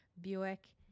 buick